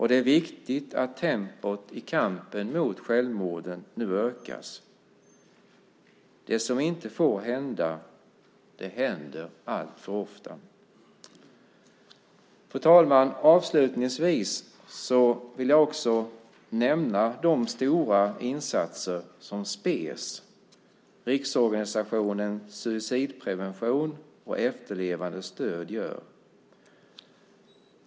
Det är viktigt att tempot i kampen mot självmorden nu ökas. Det som inte får hända händer alltför ofta. Fru talman! Avslutningsvis vill jag också nämna de stora insatser som SPES, Riksorganisationen för Suicidprevention och Efterlevandes Stöd, gör.